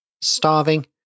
starving